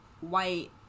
white